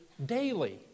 daily